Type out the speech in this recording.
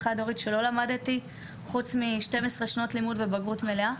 חד הורית שלא למדה כלום מלבד 12 שנות לימוד ותעודת בגרות מלאה,